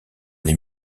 les